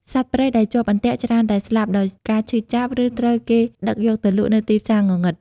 សត្វព្រៃដែលជាប់អន្ទាក់ច្រើនតែស្លាប់ដោយការឈឺចាប់ ឬត្រូវគេដឹកយកទៅលក់នៅទីផ្សារងងឹត។